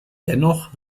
dennoch